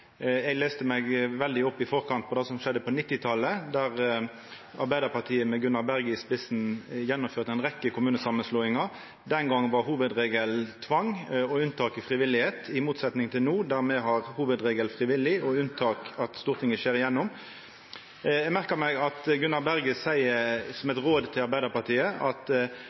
Eg las meg i forkant opp på det som skjedde på 1990-talet, då Arbeidarpartiet med Gunnar Berge i spissen gjennomførte ei rekkje kommunesamanslåingar. Den gongen var hovudregelen tvang og unntaket frivilligheit, i motsetning til no, der me har hovudregel frivilligheit og som unntak at Stortinget skjer igjennom. Eg merkar meg at Gunnar Berge seier som eit råd til Arbeidarpartiet at